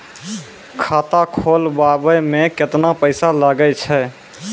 खाता खोलबाबय मे केतना पैसा लगे छै?